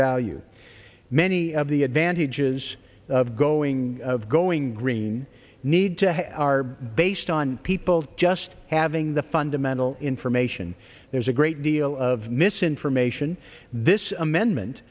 value many of the advantages of growing of going green need to have are based on people just having the fundamental information there's a great deal of misinformation this amendment